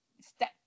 step